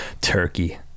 Turkey